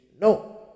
No